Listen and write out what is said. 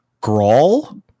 Grawl